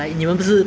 orh